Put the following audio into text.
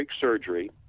surgery